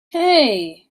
hey